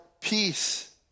peace